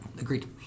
Agreed